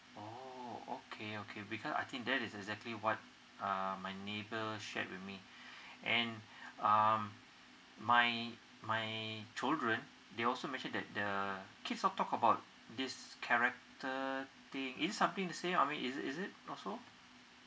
oh okay okay because I think that is exactly what um my neighbour shared with me and um my my children they also mentioned that the kids all talk about this character thing it's something the same I mean is is it also